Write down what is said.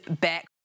back